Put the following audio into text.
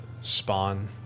spawn